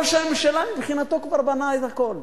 ראש הממשלה מבחינתו כבר בנה את הכול.